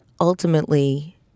ultimately